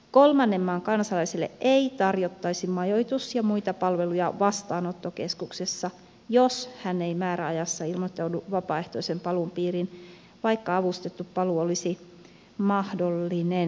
kolmannen maan kansalaiselle ei tarjottaisi majoitus ja muita palveluja vastaanottokeskuksessa jos hän ei määräajassa ilmoittaudu vapaaehtoisen paluun piiriin vaikka avustettu paluu olisi mahdollinen